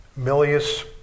Milius